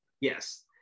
Yes